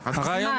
זמן.